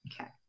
Okay